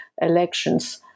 elections